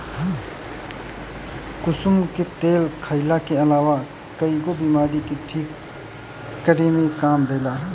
कुसुम के तेल खाईला के अलावा कईगो बीमारी के ठीक करे में काम देला